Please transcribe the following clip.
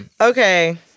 Okay